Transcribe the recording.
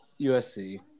USC